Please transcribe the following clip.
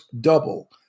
double